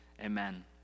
Amen